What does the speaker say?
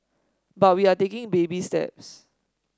but we are taking baby steps